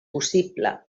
possible